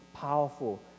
powerful